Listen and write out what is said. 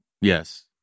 Yes